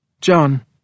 John